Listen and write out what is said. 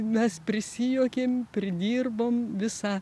mes prisijuokėm pridirbom visą